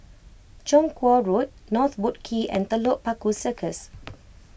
Chong Kuo Road North Boat Quay and Telok Paku Circus